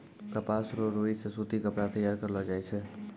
कपास रो रुई से सूती कपड़ा तैयार करलो जाय छै